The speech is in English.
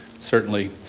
certainly.